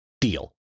Deal